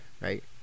Right